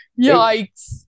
Yikes